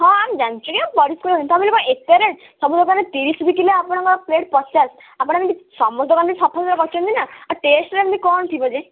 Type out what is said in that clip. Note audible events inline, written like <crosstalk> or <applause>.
ହଁ ଆମେ ଜାଣିଚୁ ଯେ ପରିଶ୍ରମ ତା ବୋଲି କଣ ଏତେ ରେଟ୍ ସବୁ ଦୋକାନ ତିରିଶ ବିକିଲେ ଆପଣଙ୍କ ପ୍ଲେଟ୍ ପଚାଶ ଆପଣ ବି ସବୁ ଦୋକାନରେ <unintelligible> କରିଛନ୍ତି ନା ଆ ଟେଷ୍ଟରେ ଏମିତି କଣ ଥିବ ଯେ